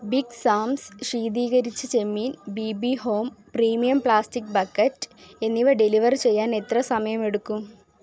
big Sam's ശീതീകരിച്ച ചെമ്മീൻ B B home premium plastic bucket എന്നിവ ഡെലിവർ ചെയ്യാൻ എത്ര സമയമെടുക്കും